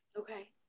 Okay